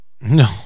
No